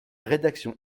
rédaction